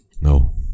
No